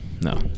no